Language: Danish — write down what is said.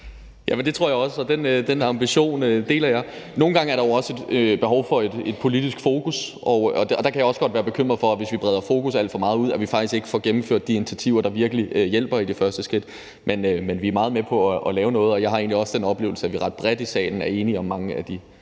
Jamen det tror jeg også, og den ambition deler jeg. Nogle gange er der jo også et behov for et politisk fokus, og der kan jeg også godt være bekymret for, at hvis vi breder fokus alt for meget ud, så får vi faktisk ikke gennemført de initiativer, der virkelig hjælper, når vi skal tage det første skridt. Men vi er meget med på at lave noget, og jeg har egentlig også den oplevelse, at vi egentlig ret bredt i salen er enige om i hvert